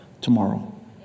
tomorrow